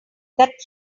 that